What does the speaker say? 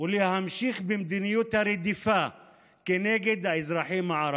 ולהמשיך במדיניות הרדיפה כנגד האזרחים הערבים.